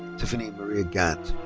tiffany marie gantt.